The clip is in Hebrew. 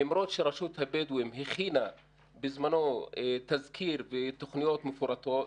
למרות שרשות הבדואים הכינה בזמנו תזכיר ותוכניות מפורטות,